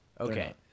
Okay